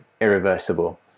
irreversible